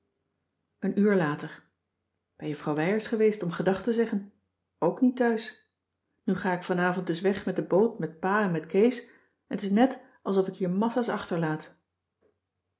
een uur later bij juffrouw wijers geweest om gedag te zeggen ook niet thuis nu ga ik vanavond dus weg met de boot met pa en met kees en t is net alsof ik hier massa's achterlaat